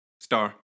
star